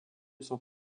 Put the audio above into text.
sont